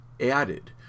added